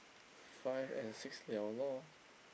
five and six [liao] lor